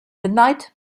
midnight